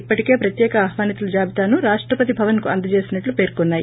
ఇప్పటికే ప్రత్యేక ఆహ్వానితుల జాబితాను రాష్టపతి భవన్కు అందజేసినట్లు పేర్కొన్నాయి